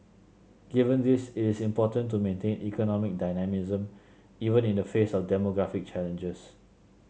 given this it is important to maintain economic dynamism even in the face of demographic challenges